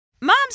moms